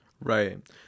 Right